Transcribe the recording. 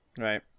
right